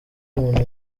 umuntu